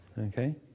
okay